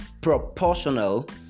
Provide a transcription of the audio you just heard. proportional